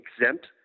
exempt